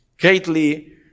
greatly